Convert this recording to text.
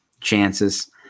chances